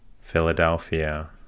Philadelphia